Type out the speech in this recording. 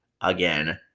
again